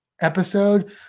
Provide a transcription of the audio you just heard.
episode